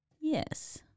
Yes